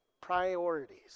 Priorities